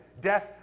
Death